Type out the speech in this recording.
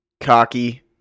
Cocky